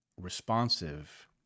responsive